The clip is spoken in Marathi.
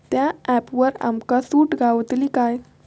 त्या ऍपवर आमका सूट गावतली काय?